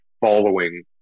following